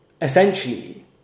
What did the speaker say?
essentially